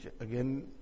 again